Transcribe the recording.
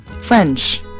French